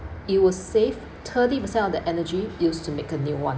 you will save thirty percent of the energy used to make a new one